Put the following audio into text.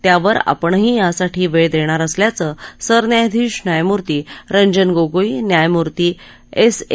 त्यावर आपणही यासाठी वेळ देणार असल्याचं सरन्यायाधीश न्यायमूर्ती रंजन गोगोई न्यायमूर्ती एस ए